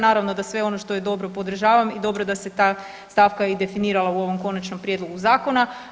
Naravno da sve ono što je dobro podržavam i dobro da se ta stavka i definirala u ovom Konačnom prijedlogu zakona.